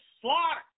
slaughter